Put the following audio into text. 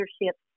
leadership